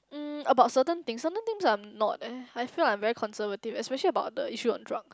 mm about certain things certain things I'm not eh I feel like I'm very conservative especially about the issue on drugs